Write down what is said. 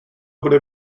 bude